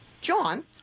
John